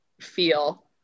feel